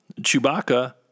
Chewbacca